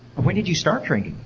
when did you start drinking?